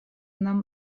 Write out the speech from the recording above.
нам